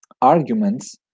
arguments